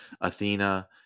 Athena